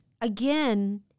again